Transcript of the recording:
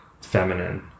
feminine